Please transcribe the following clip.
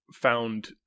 found